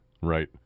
Right